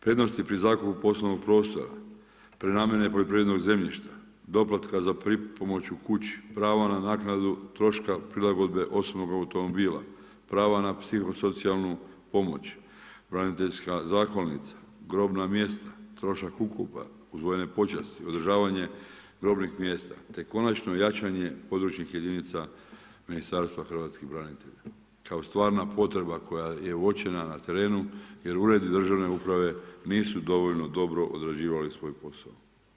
Prednost pri zakupu poslovnog prostora, prenamjene poljoprivrednog zemljišta, doplatka za pripomoć u kući, prava na naknadu troška prilagodbe osobnog automobila, prava na psihosocijalnu pomoć, braniteljska zahvalnica, grobna mjesta, trošak ukopa, odvojene počasti, održavanje grobnih mjesta te konačno jačanje područnih jedinica Ministarstva hrvatskih branitelja kao stvarna potreba koja je uočena na terenu, jer uredi državne uprave nisu dovoljno dobro odrađivali svoj posao.